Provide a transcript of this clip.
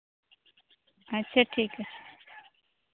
ᱟᱪᱪᱷᱟ ᱴᱷᱤᱠ ᱜᱮᱭᱟ